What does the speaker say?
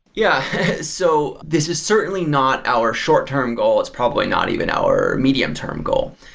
yeah. so this is certainly not our short-term goal. it's probably not even our medium-term goal.